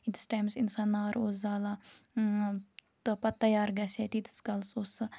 ییٖتِس ٹَیمَس اِنسان نار اوس زالان تہٕ پَتہٕ تیار گَژھہِ ہا تیٖتِس کالَس اوس سُہ